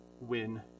win